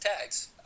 tags